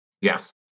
Yes